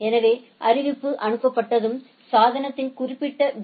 எனவே அறிவிப்பு அனுப்பப்பட்டதும் சாதனத்தின் குறிப்பிட்ட பி